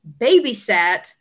babysat